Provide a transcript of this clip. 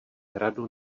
hradu